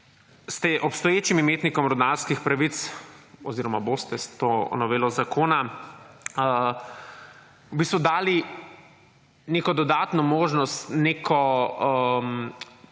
ste obstoječim imetnikom rudarskih pravic oziroma boste s to novelo zakona v bistvu dali neko dodatno možnost, neko